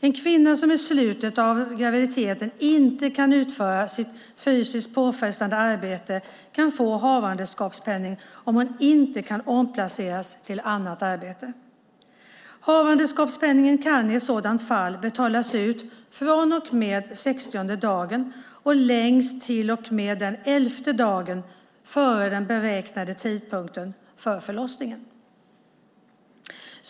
En kvinna som i slutet av graviditeten inte kan utföra sitt fysiskt påfrestande arbete kan få havandeskapspenning om hon inte kan omplaceras till ett annat arbete. Havandeskapspenning kan i ett sådant fall betalas ut från och med den 60:e dagen och längst till och med den elfte dagen före den beräknade tidpunkten för förlossningen.